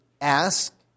ask